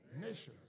nations